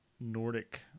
Nordic